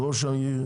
ראש העיר,